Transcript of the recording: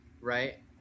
right